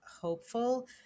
hopeful